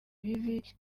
bibi